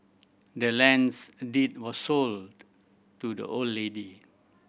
the land's deed was sold to the old lady